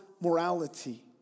morality